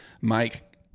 Mike